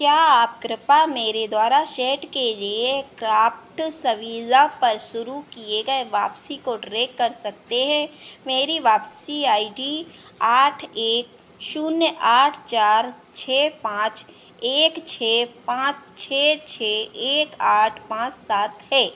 क्या आप कृपया मेरे द्वारा शर्ट के लिए क्राफ्ट्सविला पर शुरू की गई वापसी को ट्रैक कर सकते हैं मेरी वापसी आई डी आठ एक शून्य आठ चार छह पाँच एक छह पाँच छह छह एक आठ पाँच सात है